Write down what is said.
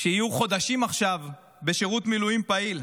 שיהיו עכשיו חודשים בשירות מילואים פעיל.